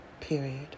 Period